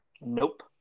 Nope